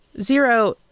Zero